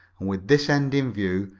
with this end in view,